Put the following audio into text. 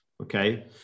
Okay